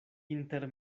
inter